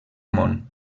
món